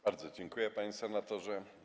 Bardzo dziękuję, panie senatorze.